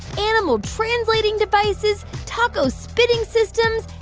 animal-translating devices, taco-spitting systems,